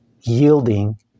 yielding